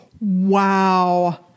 Wow